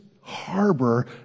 harbor